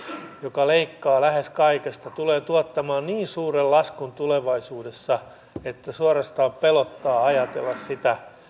joka leikkaa lähes kaikesta tulee tuottamaan niin suuren laskun tulevaisuudessa että suorastaan pelottaa ajatella sitä